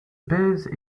pèse